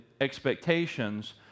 expectations